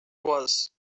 was